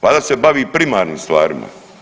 Vlada se bavi primarnim stvarima.